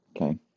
Okay